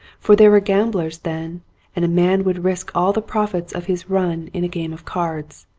for they were gamblers then and a man would risk all the profits of his run in a game of cards.